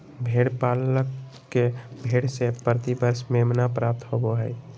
भेड़ पालक के भेड़ से प्रति वर्ष मेमना प्राप्त होबो हइ